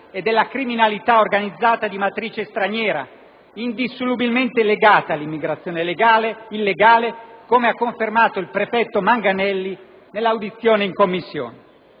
e della criminalità organizzata di matrice straniera, indissolubilmente legata all'immigrazione illegale, come ha confermato il prefetto Manganelli nell'audizione in Commissione.